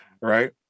right